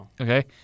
Okay